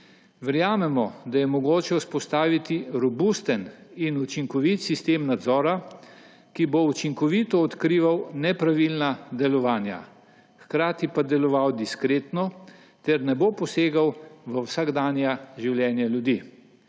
Verjamemo, da je mogoče vzpostaviti robusten in učinkovit sistem nadzora, ki bo učinkovito odkrival nepravilna delovanja, hkrati pa deloval diskretno ter ne bo posegal v vsakdanja življenja ljudi.